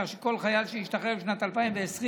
כך שכל חייל שהשתחרר בשנת 2020 ייחשב